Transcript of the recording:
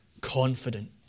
Confident